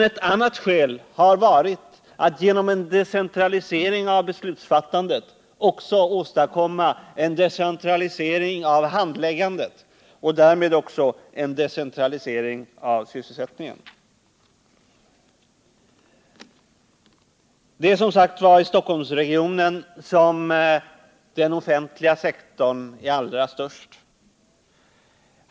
Ett annat skäl har varit att man genom en decentralisering av beslutsfattandet också kan åstadkomma en decentralisering av handläggandet — och därmed också av sysselsättningen. Det är som sagt i Stockholmsregionen som den offentliga sektorn är allra störst.